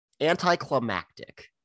anticlimactic